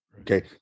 Okay